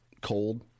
cold